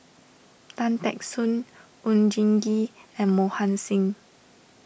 Tan Teck Soon Oon Jin Gee and Mohan Singh